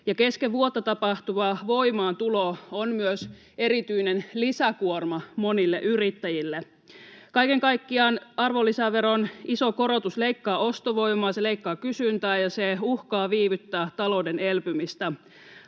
Kesken vuotta tapahtuva voimaantulo on myös erityinen lisäkuorma monille yrittäjille. Kaiken kaikkiaan arvonlisäveron iso korotus leikkaa ostovoimaa, se leikkaa kysyntää ja se uhkaa viivyttää talouden elpymistä.